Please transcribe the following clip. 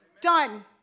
Done